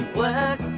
work